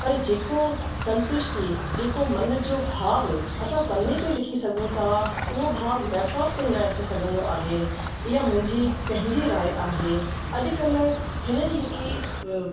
पर जेको संतुष्टि जेको मन जो भाव असां पने ते लिखी सघूं था उहो भाव लैपटॉप ते न अची सघंदो आहे इहा मुंहिंजी पंहिंजी राय आहे अॼुकल्ह हिननि जेकी